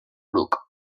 bruc